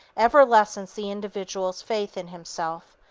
ever lessens the individual's faith in himself,